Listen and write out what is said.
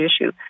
issue